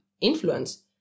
influence